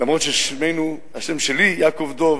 אף-על-פי שהשם שלי יעקב דב,